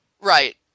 Right